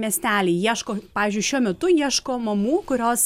miesteliai ieško pavyzdžiui šiuo metu ieško mamų kurios